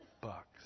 bucks